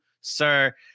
sir